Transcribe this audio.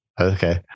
Okay